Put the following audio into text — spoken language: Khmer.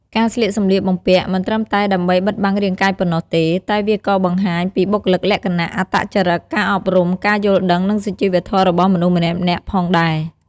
ការស្លៀកសម្លៀកបំពាក់មិនត្រឹមតែដើម្បីបិទបាំងរាងកាយប៉ុណ្ណោះទេ តែវាក៏បានបង្ហាញពីបុគ្គលិកលក្ខណៈ អត្តចរឹត ការអប់រំ ការយល់ដឹង និងសុជីវធម៌របស់មនុស្សម្នាក់ៗផងដែរ។